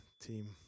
team